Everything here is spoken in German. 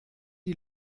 die